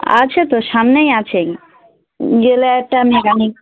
আছে তো সামনেই আছে গেলে একটা মেকানিক